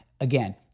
Again